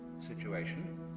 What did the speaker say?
situation